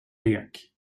lek